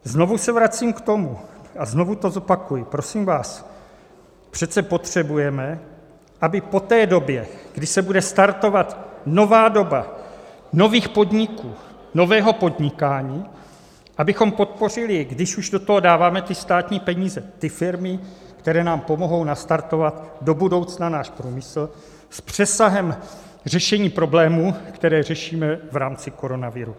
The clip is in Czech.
Znovu se vracím k tomu a znovu to zopakuji, prosím vás, přece potřebujeme, aby po té době, kdy se bude startovat nová doba nových podniků, nového podnikání, abychom podpořili, když už do toho dáváme státní peníze, ty firmy, které nám pomohou nastartovat do budoucna náš průmysl s přesahem řešení problémů, které řešíme v rámci koronaviru.